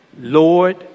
Lord